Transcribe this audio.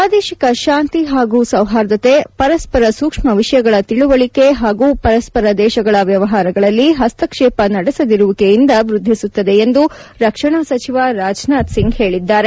ಪ್ರಾದೇಶಿಕ ಶಾಂತಿ ಹಾಗೂ ಸೌಹಾರ್ದತೆ ಪರಸ್ಪರ ಸೂಕ್ಷ್ಮ ವಿಷಯಗಳ ತಿಳುವಳಿಕೆ ಹಾಗೂ ವ್ಯವಹಾರಗಳಲ್ಲಿ ಹಸ್ತಕ್ಷೇಪ ನಡೆಸದಿರುವಿಕೆಯಿಂದ ವೃದ್ದಿಸುತ್ತದೆ ಎಂದು ರಕ್ಷಣಾ ಸಚಿವ ರಾಜನಾಥ್ ಸಿಂಗ್ ಹೇಳಿದ್ದಾರೆ